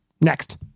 Next